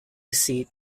seat